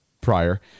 prior